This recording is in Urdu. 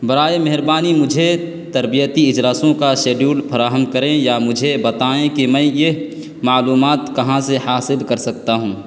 برائے مہربانی مجھے تربیتی اجلاسوں کا شیڈیول فراہم کریں یا مجھے بتائیں کہ میں یہ معلومات کہاں سے حاصل کر سکتا ہوں